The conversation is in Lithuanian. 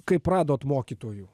kaip radot mokytojų